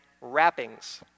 wrappings